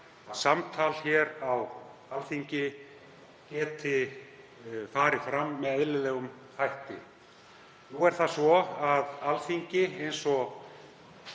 samtal hér á Alþingi geti farið fram með eðlilegum hætti. Nú er það svo að Alþingi, eins og